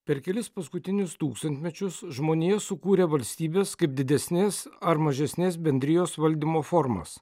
per kelis paskutinius tūkstantmečius žmonija sukūrė valstybės kaip didesnės ar mažesnės bendrijos valdymo formas